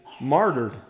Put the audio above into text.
martyred